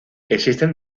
existen